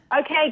okay